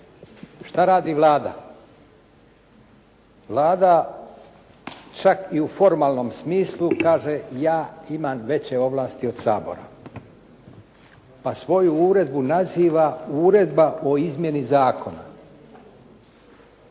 Što radi Vlada? Vlada čak i u formalnoj kaže ja imam veće ovlasti od Sabora pa svoju uredbu naziva Uredba o izmjeni zakona.